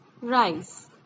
rice